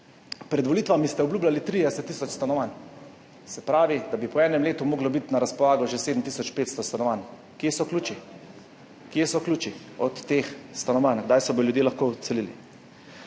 Pred volitvami ste obljubljali 30 tisoč stanovanj. Se pravi, da bi po enem letu moglo biti na razpolago že 7 tisoč 500 stanovanj. Kje so ključi? Kje so ključi od teh stanovanj? Kdaj se bodo ljudje lahko vselili?